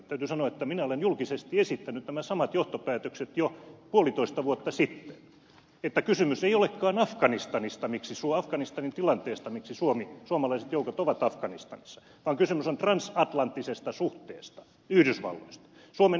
täytyy sanoa että minä olen julkisesti esittänyt nämä samat johtopäätökset jo puolitoista vuotta sitten että kysymys ei olekaan afganistanin tilanteesta miksi suomalaiset joukot ovat afganistanissa vaan kysymys on transatlanttisesta suhteesta yhdysvalloista suomen yhdysvaltain politiikasta